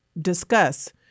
discuss